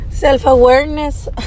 Self-awareness